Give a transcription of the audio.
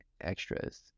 extras